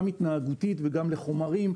גם התנהגותית וגם לחומרים.